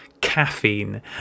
caffeine